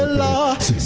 loss